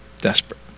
desperate